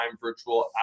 virtual